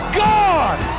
gone